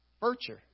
Virtue